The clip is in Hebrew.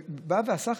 בא ועשה.